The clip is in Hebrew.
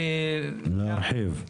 להרחיב.